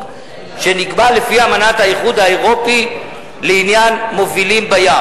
שנקבע לפי אמנת האיחוד האירופי לעניין מובילים בים.